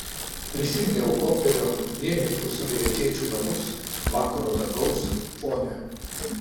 prisiminiau hoperio vienišus amerikiečių namus vakaro dangaus fone